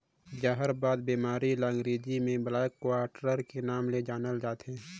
जहरबाद बेमारी ल अंगरेजी में ब्लैक क्वार्टर के नांव ले जानथे